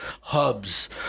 hubs